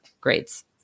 grades